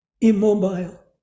immobile